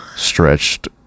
stretched